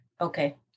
Okay